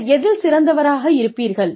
நீங்கள் எதில் சிறந்தவராக இருப்பீர்கள்